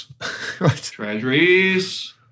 Treasuries